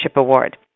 Award